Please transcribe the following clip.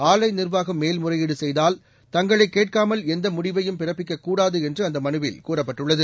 ஆலை நிர்வாகம் மேல்முறையீடு செய்தால் தங்களை கேட்காமல் எந்த முடிவையும் பிறப்பிக்கக்கூடாது என்று அந்த மனுவில் கூறப்பட்டுள்ளது